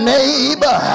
Neighbor